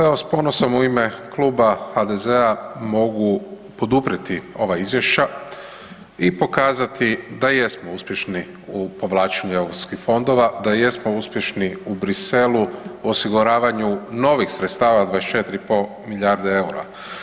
Evo s ponosom u ime kluba HDZ-a mogu poduprijeti ova izvješća i pokazati da jesmo uspješni u povlačenju europskih fondova, da jesmo uspješni u Bruxellesu u osiguravanju novih sredstava 24,5 milijarde eura.